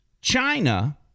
China